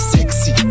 Sexy